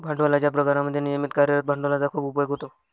भांडवलाच्या प्रकारांमध्ये नियमित कार्यरत भांडवलाचा खूप उपयोग होतो